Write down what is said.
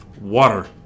Water